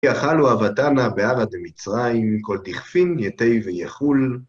דאכלו אבהתנא בארעא דמצרים, כל דכפין ייתי ויכול